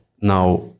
now